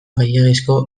gehiegizko